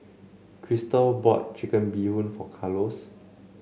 Chrystal bought Chicken Bee Hoon for Carlos